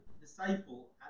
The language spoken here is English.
disciple